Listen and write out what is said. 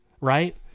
right-